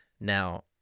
Now